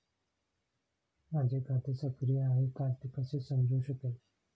माझे खाते सक्रिय आहे का ते कसे समजू शकेल?